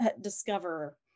discover